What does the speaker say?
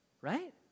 Right